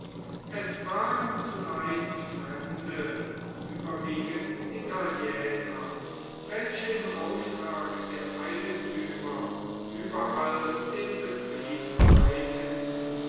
es waren zumeist fremde überwiegend italiener welche im auftrag der eigentümer überall den betrieb leiteten